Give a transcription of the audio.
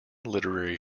literary